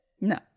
No